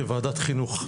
כוועדת חינוך,